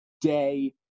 day